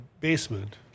basement